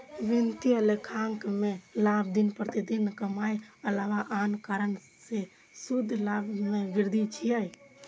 वित्तीय लेखांकन मे लाभ दिन प्रतिदिनक कमाइक अलावा आन कारण सं शुद्ध लाभ मे वृद्धि छियै